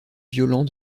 violent